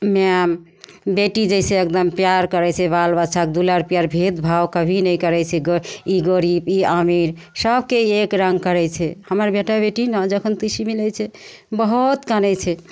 ma'am बेटी जइसे एगदम प्यार करै छै बालबच्चा दुलार प्यार भेदभाव कभी नहि करै छै ग ई गरीब ई अमीर सभके एकरङ्ग करै छै हमर बेटा बेटी ने जखन टी सी मिलै छै बहुत कानै छै